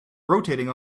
rotating